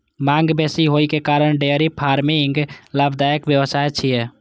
मांग बेसी होइ के कारण डेयरी फार्मिंग लाभदायक व्यवसाय छियै